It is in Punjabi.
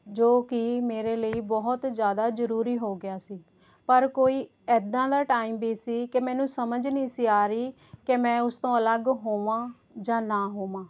ਜੋ ਕਿ ਮੇਰੇ ਲਈ ਬਹੁਤ ਜ਼ਿਆਦਾ ਜ਼ਰੂਰੀ ਹੋ ਗਿਆ ਸੀ ਪਰ ਕੋਈ ਇੱਦਾਂ ਦਾ ਟਾਈਮ ਵੀ ਸੀ ਕਿ ਮੈਨੂੰ ਸਮਝ ਨਹੀਂ ਸੀ ਆ ਰਹੀ ਕਿ ਮੈਂ ਉਸ ਤੋਂ ਅਲੱਗ ਹੋਵਾਂ ਜਾਂ ਨਾ ਹੋਵਾਂ